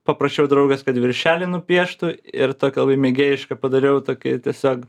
paprašiau draugas kad viršelį nupieštų ir tokį labai mėgėjišką padariau tokį tiesiog